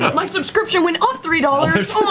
but my subscription went up three dollars?